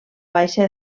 baixa